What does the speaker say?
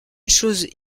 chose